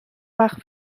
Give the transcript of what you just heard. وقف